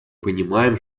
понимаем